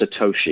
satoshi